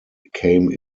became